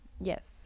yes